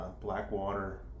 Blackwater